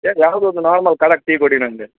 ಏನು ಯಾವುದೋ ಒಂದು ನಾರ್ಮಲ್ ಖಡಕ್ ಟೀ ಕೊಡಿ ನನಗೆ